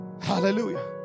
Hallelujah